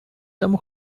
domu